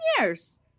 years